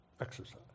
exercise